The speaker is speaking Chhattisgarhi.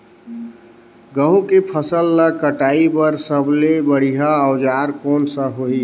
गहूं के फसल ला कटाई बार सबले बढ़िया औजार कोन सा होही?